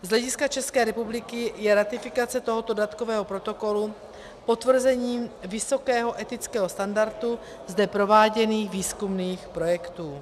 Z hlediska České republiky je ratifikace tohoto dodatkového protokolu potvrzením vysokého etického standardu zde prováděných výzkumných projektů.